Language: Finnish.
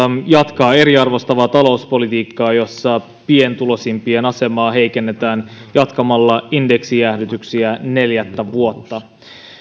jatkaa eriarvoistavaa talouspolitiikkaa jossa pienituloisimpien asemaa heikennetään jatkamalla indeksijäädytyksiä neljättä vuotta